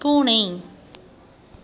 பூனை